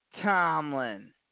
Tomlin